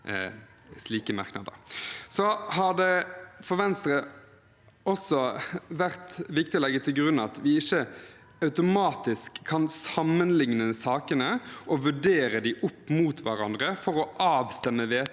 slike merknader. Det har for Venstre også vært viktig å legge til grunn at vi ikke automatisk kan sammenligne sakene og vurdere dem opp mot hverandre for å avstemme vedtakene